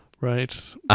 Right